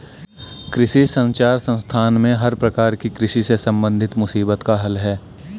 कृषि संचार संस्थान में हर प्रकार की कृषि से संबंधित मुसीबत का हल है